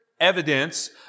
evidence